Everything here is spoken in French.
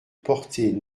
portée